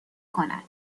کند